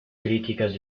críticas